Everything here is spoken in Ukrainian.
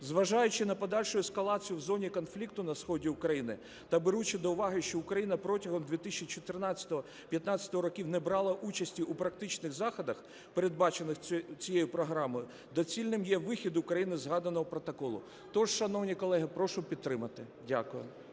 Зважаючи на подальшу ескалацію в зоні конфлікту на сході України, та беручи до уваги, що Україна протягом 2014-2015 років не брала участі у практичних заходах, передбачених цією програмою, доцільним є вихід України із згаданого протоколу. Тож, шановні колеги, прошу підтримати. Дякую.